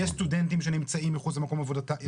יש סטודנטים שנמצאים מחוץ למקום מגוריהם.